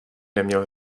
neměl